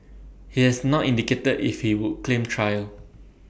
he has not indicated if he would claim trial